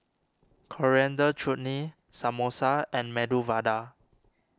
Coriander Chutney Samosa and Medu Vada